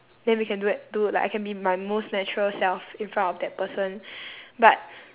then we can do at do like I can be my most natural self in front of that person but